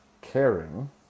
caring